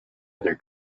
other